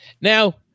Now